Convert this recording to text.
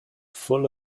full